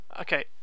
Okay